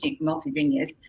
multi-genius